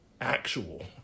actual